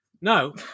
No